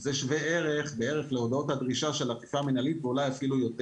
זה שווה ערך בערך להודעות הדרישה של אכיפה מנהלית ואולי אפילו יותר.